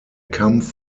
kampf